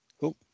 cool